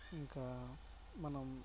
ఇంకా మనం